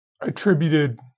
attributed